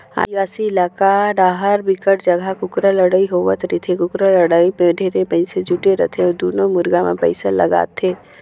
आदिवासी इलाका डाहर बिकट जघा कुकरा लड़ई होवत रहिथे, कुकरा लड़ाई में ढेरे मइनसे जुटे रथे अउ दूनों मुरगा मे पइसा लगाथे